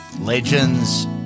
Legends